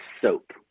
soap